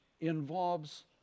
involves